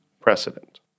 precedent